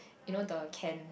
you know the can